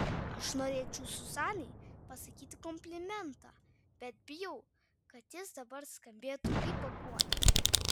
aš norėčiau zuzanai pasakyti komplimentą bet bijau kad jis dabar skambėtų kaip paguoda